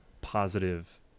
positive